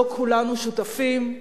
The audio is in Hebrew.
שכולנו שותפים לו,